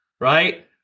right